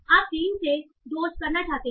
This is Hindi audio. तो आप 3 से 2 करना चाहते हैं